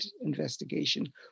investigation